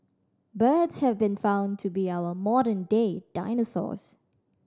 birds have been found to be our modern day dinosaurs